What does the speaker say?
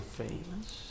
famous